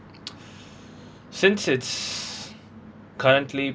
since it's currently